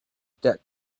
that